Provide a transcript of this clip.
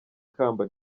ikamba